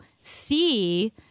see